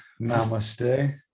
Namaste